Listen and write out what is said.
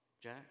Jack